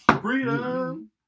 Freedom